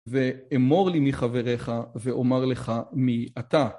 ואמור לי מי חבריך ואומר לך מי אתה.